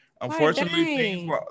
unfortunately